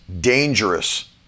dangerous